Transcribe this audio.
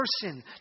person